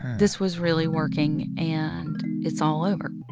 this was really working. and it's all over.